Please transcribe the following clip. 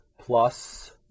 plus